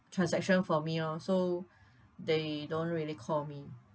transaction for me oh so they don't really call me